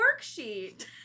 worksheet